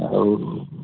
ଆଉ